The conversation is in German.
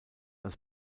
als